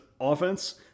offense